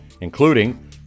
including